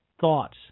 thoughts